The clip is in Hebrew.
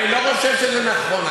אני לא חושב שזה נכון.